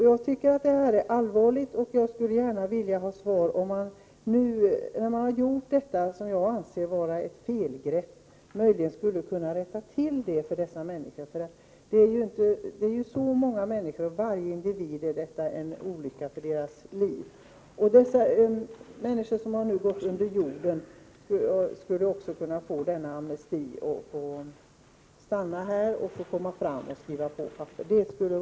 Jag tycker det är allvarligt, och jag skulle gärna vilja ha ett svar, om man nu när man har gjort ett felgrepp möjligen skulle kunna rätta till det för dessa människor. För varje individ är ju detta en olycka. De människor som har gått under jorden skulle kunna få amnesti, komma fram och skriva på papperen.